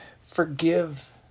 Forgive